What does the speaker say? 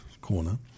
corner